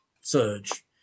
surge